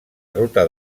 ruta